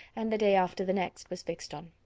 and the day after the next was fixed on.